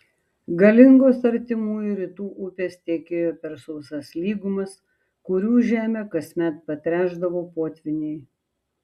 galingos artimųjų rytų upės tekėjo per sausas lygumas kurių žemę kasmet patręšdavo potvyniai